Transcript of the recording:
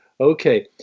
Okay